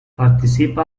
participa